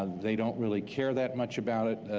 ah they don't really care that much about it.